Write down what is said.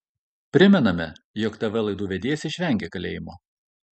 primename jog tv laidų vedėjas išvengė kalėjimo